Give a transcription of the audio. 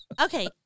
Okay